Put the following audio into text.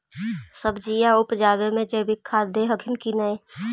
सब्जिया उपजाबे मे जैवीक खाद दे हखिन की नैय?